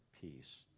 peace